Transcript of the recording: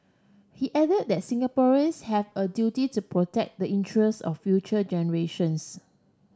he added that Singaporeans have a duty to protect the interest of future generations